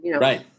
Right